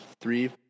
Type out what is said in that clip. three